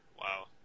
Wow